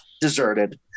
deserted